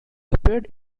appeared